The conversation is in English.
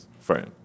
friend